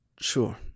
Sure